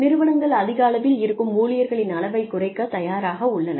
நிறுவனங்கள் அதிக அளவில் இருக்கும் ஊழியர்களின் அளவைக் குறைக்கத் தயாராக உள்ளன